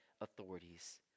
authorities